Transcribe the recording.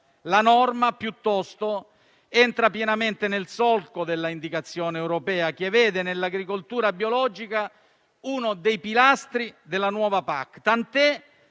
La norma, piuttosto, entra pienamente nel solco dell'indicazione europea che vede nell'agricoltura biologica uno dei pilastri della nuova PAC,